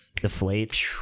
deflate